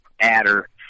adder